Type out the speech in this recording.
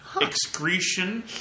excretion